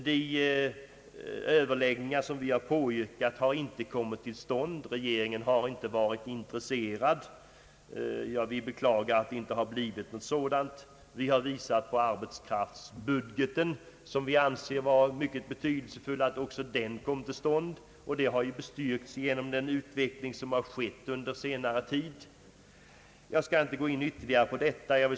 De överläggningar vi har begärt har inte kommit tillstånd. Regeringen har inte varit intresserad, och vi beklagar detta. Vi har pekat på att vi anser det mycket betydelsefullt att också en arbetskraftsbudget kommer till stånd. Behovet därav har bestyrkts genom den utveckling som ägt rum under senare tid. Jag skall inte gå in ytterligare på dessa frågor.